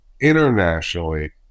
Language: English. Internationally